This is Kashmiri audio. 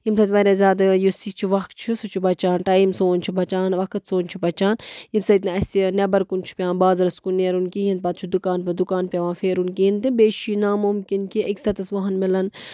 ییٚمہِ سۭتۍ وارِیاہ زیادٕ یُس یہِ چھُ وقت سُہ چھُ بَچان ٹایم سون چھُ بَچان وقت سون چھُ بَچان ییٚمہِ سۭتۍ نہٕ اَسہِ نٮ۪بر کُن چھُ پٮ۪وان بازرس کُن نٮ۪رُن کِہیٖنۍ پتہٕ چھُ دُکان پتہٕ دُکان پٮ۪وان پھیرُن کِہیٖنۍ تہِ بیٚیہِ چھُ یہِ ناممکِن کہِ أکِس ہَتس وُہن مِلان